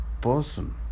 person